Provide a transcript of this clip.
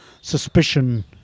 suspicion